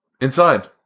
Inside